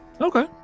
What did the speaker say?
Okay